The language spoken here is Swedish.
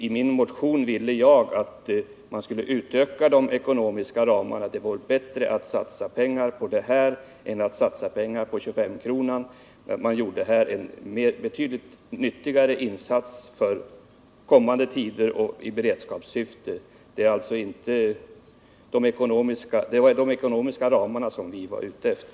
I min motion föreslog jag att man skulle utöka ramarna. Det vore bättre att satsa pengar på sådan här tillverkning än på 25-kronan. Då skulle man göra en betydligt nyttigare insats för kommande tider och i beredskapssyfte. Det var alltså de ekonomiska ramarna som vi var ute efter.